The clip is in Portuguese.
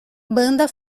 banda